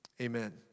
amen